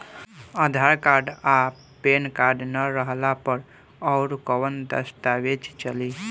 आधार card आ PAN card ना रहला पर अउरकवन दस्तावेज चली?